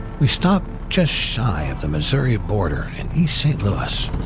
we stop just shy of the missouri border, in east st. louis.